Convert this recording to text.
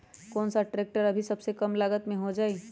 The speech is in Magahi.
कौन सा ट्रैक्टर अभी सबसे कम लागत में हो जाइ?